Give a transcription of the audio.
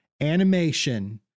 animation